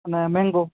અને મેંગો